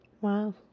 Wow